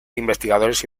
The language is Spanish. investigadores